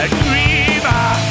dreamer